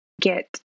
get